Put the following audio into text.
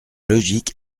logique